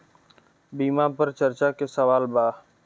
बीमा पर चर्चा के सवाल बा?